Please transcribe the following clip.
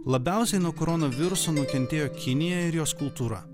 labiausiai nuo koronaviruso viruso nukentėjo kinija ir jos kultūra